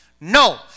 No